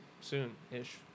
soon-ish